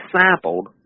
sampled